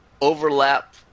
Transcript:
overlap